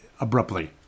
abruptly